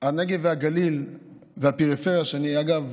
הנגב והגליל והפריפריה, אגב,